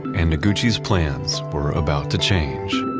and noguchi's plans were about to change